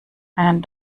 einen